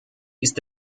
ist